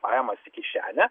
pajamas į kišenę